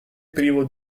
privo